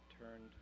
turned